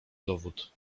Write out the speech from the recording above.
dowód